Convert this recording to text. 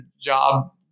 job